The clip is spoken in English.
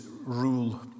rule